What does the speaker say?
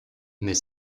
mais